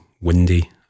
windy